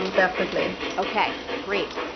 um definitely. okay, great.